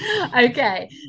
Okay